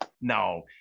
No